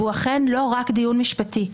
והוא אכן לא רק דיון משפטי.